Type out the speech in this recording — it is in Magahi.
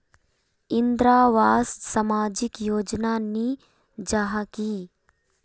इंदरावास सामाजिक योजना नी जाहा की?